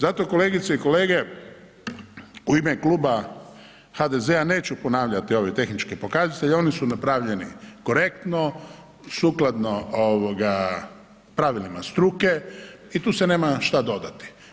Zato kolegice i kolege u ime Kluba HDZ-a neću ponavljati ove tehničke pokazatelje, oni su napravljeni korektno, sukladno pravilima struke i tu se nema šta dodati.